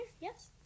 Yes